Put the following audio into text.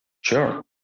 Sure